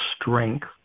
strength